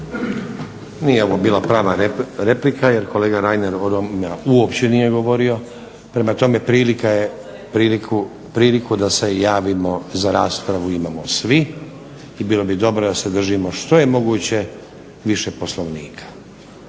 Nije ovo bila prava replika jer kolega Reiner o romima nije uopće govorio, prema tome, priliku da se javimo za raspravu imamo svi i bilo bi dobro da se držimo što je moguće više Poslovnika,